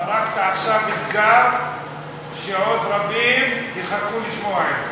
זרקת עכשיו אתגר שעוד רבים יחכו לשמוע את זה.